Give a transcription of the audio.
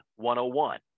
101